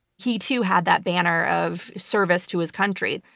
he, too, had that banner of service to his country,